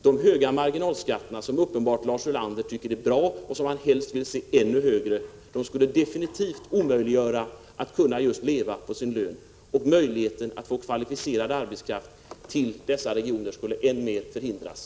De höga marginalskatterna, som Lars Ulander uppenbarligen tycker är bra och helst vill ha ännu högre, skulle definitivt omöjliggöra för människor att leva på sin lön, och möjligheten att få kvalificerad arbetskraft till dessa regioner skulle än mer förhindras.